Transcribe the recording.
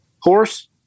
Horse